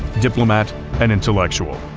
diplomat and intellectual,